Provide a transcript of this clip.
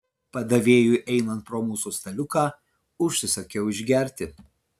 padavėjui einant pro mūsų staliuką užsisakiau išgerti